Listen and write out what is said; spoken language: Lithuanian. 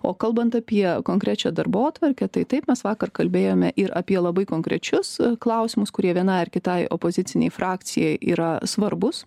o kalbant apie konkrečią darbotvarkę tai taip mes vakar kalbėjome ir apie labai konkrečius klausimus kurie vienai ar kitai opozicinei frakcijai yra svarbūs